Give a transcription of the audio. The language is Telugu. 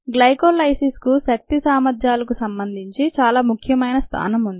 గ్లైకోలిసిస్ కు శక్తి సామర్థ్యాలకు సంబంధించి చాలా ప్రాముఖమైన స్థానం ఉంటుంది